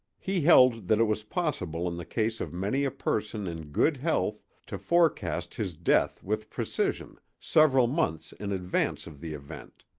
he held that it was possible in the case of many a person in good health to forecast his death with precision, several months in advance of the event.